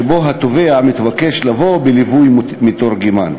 שבו התובע מתבקש לבוא בליווי מתורגמן.